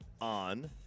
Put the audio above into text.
on